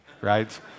right